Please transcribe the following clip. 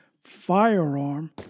firearm